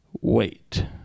wait